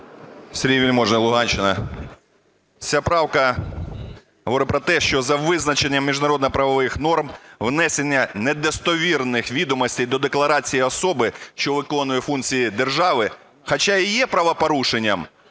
Сергій Вельможний, Луганщина. Ця правка говорить про те, що за визначенням міжнародно-правових норм внесення недостовірних відомостей до декларації особи, що виконує функції держави, хоча і є правопорушенням,